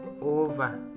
over